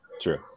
True